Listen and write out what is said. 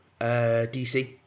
DC